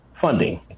funding